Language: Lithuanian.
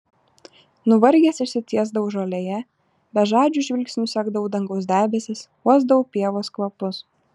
nuvargęs išsitiesdavau žolėje bežadžiu žvilgsniu sekdavau dangaus debesis uosdavau pievos kvapus